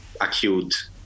acute